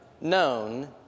known